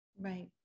right